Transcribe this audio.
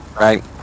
Right